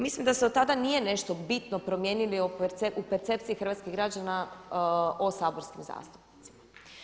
Mislim da se od tada nije nešto bitno promijenilo u percepciji hrvatskih građana o saborskim zastupnicima.